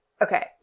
Okay